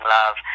love